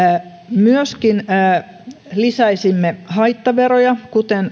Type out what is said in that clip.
myöskin lisäisimme haittaveroja kuten